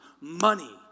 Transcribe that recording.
money